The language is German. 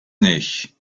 nicht